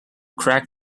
crack